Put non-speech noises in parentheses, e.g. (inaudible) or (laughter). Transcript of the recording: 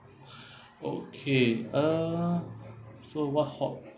(breath) okay uh so what hope